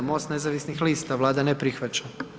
MOST nezavisnih lista, Vlada ne prihvaća.